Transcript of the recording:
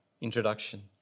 introduction